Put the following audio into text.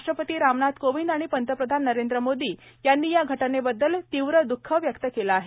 राष्ट्रपती रामनाथ कोविंद आणि पंतप्रधान नरेंद्र मोदी यांनी या घटनेबद्दल तीव्र दुःख व्यक्त केलं आहे